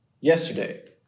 yesterday